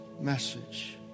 message